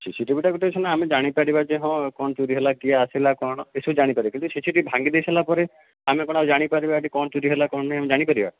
CC TV ଗୋଟେ ସିନା କ'ଣ ଆମେ ଜାଣି ପାରିବା ଯେ ହଁ ଚୋରି ହେଲା କି କିଏ ଆସିଲା କ'ଣ ଏସବୁ ଜାଣି ପାରିବୁ ସିସି ଟିଭି ଭାଙ୍ଗି ଦେଇ ସାରିବା ପରେ ଆମେ କ'ଣ ଜାଣି ପାରିବା କ'ଣ ଚୋରି ହେଲା କ'ଣ ନାହିଁ ଆମେ ଜାଣି ପାରିବା